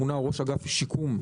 מונה ראש אגף השיקום,